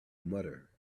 mutter